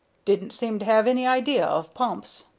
didn't seem to have any idea of pumps.